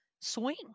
swing